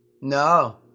No